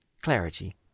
clarity